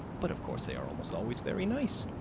but, of course, they are almost always very nice.